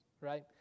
right